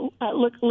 look